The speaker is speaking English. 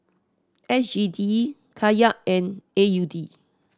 S G D Kyat and A U D